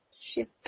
ship